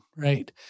Right